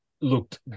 looked